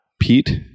Pete